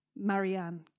Marianne